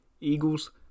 Eagles